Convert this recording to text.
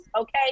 okay